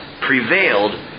prevailed